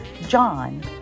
John